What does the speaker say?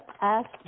ask